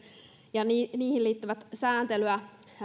ja niihin liittyvää sääntelyä